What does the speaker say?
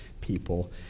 people